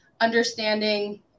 understanding